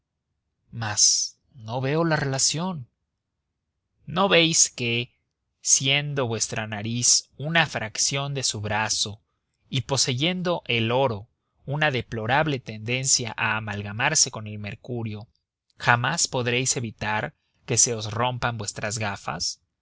mas no veo la relación no veis que siendo vuestra nariz una fracción de su brazo y poseyendo el oro una deplorable tendencia a amalgamarse con el mercurio jamás podréis evitar que se os rompan vuestras gafas